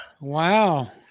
Wow